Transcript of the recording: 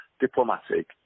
diplomatic